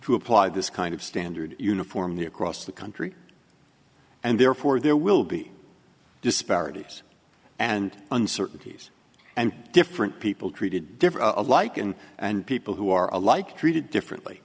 to apply this kind of standard uniformly across the country and therefore there will be disparities and uncertainties and different people treated alike and and people who are alike treated differently